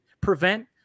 prevent